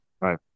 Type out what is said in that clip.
right